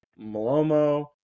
Malomo